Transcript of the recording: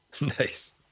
Nice